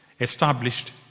established